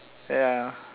ya